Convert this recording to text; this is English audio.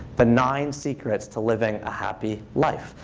the nine secrets to living a happy life.